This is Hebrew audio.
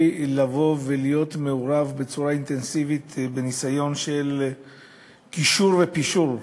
לבוא ולהיות מעורב בצורה אינטנסיבית בניסיון של קישור ופישור,